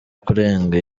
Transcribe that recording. kurenga